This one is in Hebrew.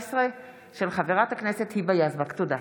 תודה רבה.